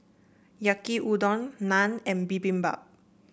Yaki Udon Naan and Bibimbap